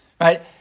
right